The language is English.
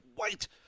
wait